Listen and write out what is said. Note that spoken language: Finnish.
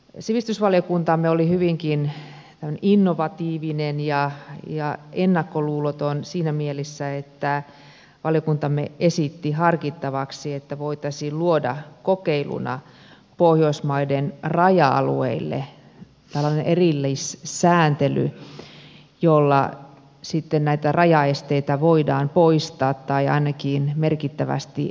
sivistysvaliokuntamme oli hyvinkin innovatiivinen ja ennakkoluuloton siinä mielessä että valiokuntamme esitti harkittavaksi että voitaisiin luoda kokeiluna pohjoismaiden raja alueille tällainen erillissääntely jolla sitten näitä rajaesteitä voidaan poistaa tai ainakin merkittävästi vähentää